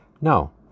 No